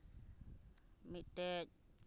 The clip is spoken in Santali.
ᱢᱤᱫᱴᱮᱱ